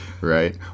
Right